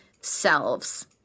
selves